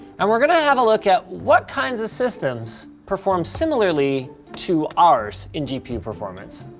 and we're gonna have a look at what kinds of systems perform similarly to ours in gpu performance.